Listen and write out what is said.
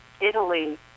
Italy